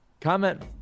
comment